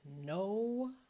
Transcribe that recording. no